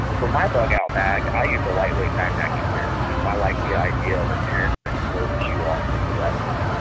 for my bug-out bag i use a lightweight backpacking tent. you know i like the idea of a tent that closes you off from the rest of,